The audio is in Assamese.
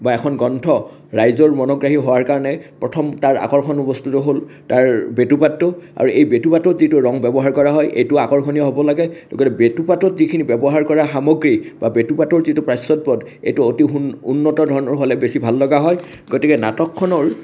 বা এখন গ্ৰন্থ ৰাইজৰ মনোগ্ৰাহী হোৱাৰ কাৰণে প্ৰথম তাৰ আকৰ্ষণৰ বস্তুটো হ'ল তাৰ বেটুপাতটো আৰু এই বেটুপাতত যিটো ৰং ব্যৱহাৰ কৰা হয় এইটো আকৰ্ষণীয় হ'ব লাগে গতিকে বেটুপাতত যিখিনি ব্যৱহাৰ কৰা যিখিনি সামগ্ৰী বা বেটুপাতৰ যিটো প্ৰাচ্ছদপট এইটো অতি উন্নত ধৰণৰ হ'লে বেছি ভাল লগা হয় গতিকে নাটকখনৰ